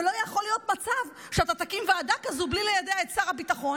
ולא יכול להיות מצב שאתה תקים ועדה כזאת בלי ליידע את שר הביטחון.